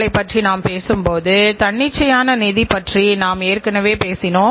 உற்பத்தி செயல்முறையின் போது அனைத்து உள் தோல்விகளையும் நாம் தவிர்ப்போம்